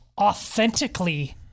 authentically